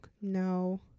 No